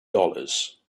dollars